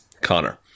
Connor